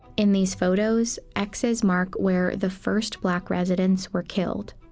in these photos, exes mark where the first black residents were killed.